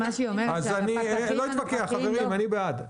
אני בעד.